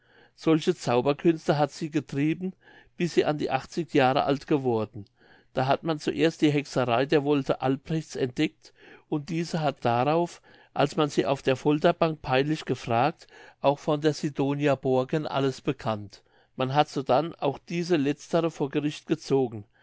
solche zauberkünste hat sie getrieben bis sie an die achtzig jahre ist alt geworden da hat man zuerst die hexereien der wolde albrechts entdeckt und diese hat darauf als man sie auf der folterbank peinlich gefragt auch von der sidonia borken alles bekannt man hat sodann auch diese letztere vor gericht gezogen